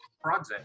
project